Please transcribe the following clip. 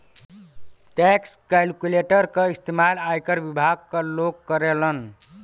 tax calculator क इस्तेमाल आयकर विभाग क लोग करलन